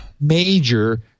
major